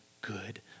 good